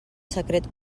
secret